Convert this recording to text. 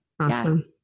Awesome